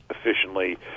efficiently